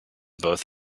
both